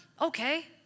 Okay